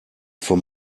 vom